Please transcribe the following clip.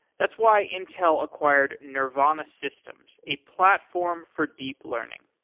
that's why intel acquired nervana systems, a platform for deep learning.